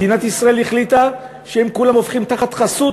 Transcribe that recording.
מדינת ישראל החליטה שהם כולם הופכים תחת חסות